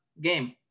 game